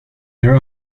their